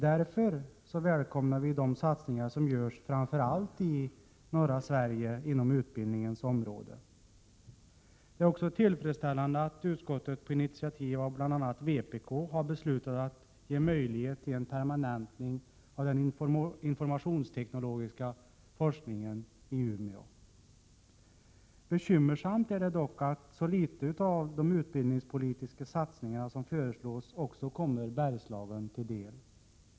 Därför välkomnar vpk de satsningar som görs framför allt i norra Sverige inom utbildningens område. Det är också tillfredsställande att utskottet på initiativ av bl.a. vpk har beslutat att ge möjlighet till en permanentning av den informationsteknologiska forskningen i Umeå. Bekymmersamt är dock att så litet av de utbildningspolitiska satsningar som föreslås kommer Bergslagen till del.